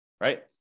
right